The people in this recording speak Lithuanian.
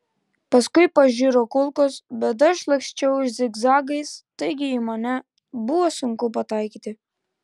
paskui pažiro kulkos bet aš laksčiau zigzagais taigi į mane buvo sunku pataikyti